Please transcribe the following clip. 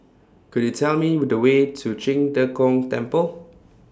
Could YOU Tell Me The Way to Qing De Gong Temple